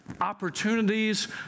opportunities